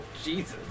Jesus